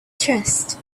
chest